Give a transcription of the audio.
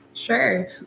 Sure